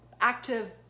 active